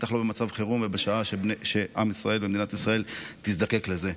ובטח לא במצב חירום ובשעה שעם ישראל ומדינת ישראל יזדקקו לזה.